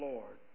Lord